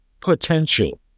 potential